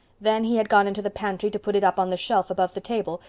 then he had gone into the pantry to put it up on the shelf above the table,